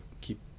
keep